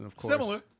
Similar